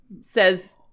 Says